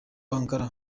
ankara